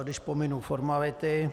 Když pominu formality...